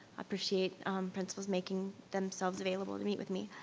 appreciate principals making themselves available to meet with me.